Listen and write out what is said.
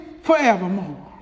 forevermore